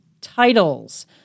titles